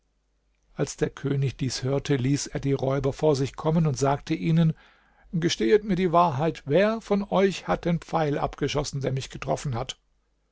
als der könig dies hörte ließ er die räuber vor sich kommen und sagte ihnen gestehet mir die wahrheit wer von euch hat den pfeil abgeschossen der mich getroffen hat